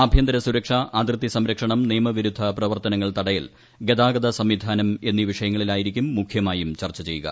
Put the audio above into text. ആഭ്യന്തരസുരക്ഷ അതിർത്തി സംരക്ഷണം നിയമവിരുദ്ധ പ്രവർത്തനങ്ങൾ തടയൽ ഗതാഗത സംവിധാനം എന്നീ വിഷയങ്ങളായിരിക്കും മുഖ്യമായും ചർച്ച ചെയ്യുക